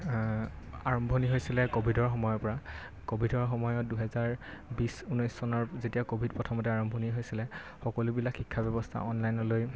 আৰম্ভণি হৈছিলে ক'ভিডৰ সময়ৰ পৰা ক'ভিডৰ সময়ত দুহেজাৰ বিছ ঊনৈছ চনৰ যেতিয়া ক'ভিড প্ৰথমতে আৰম্ভণি হৈছিলে সকলোবিলাক শিক্ষা ব্যৱস্থা অনলাইনলৈ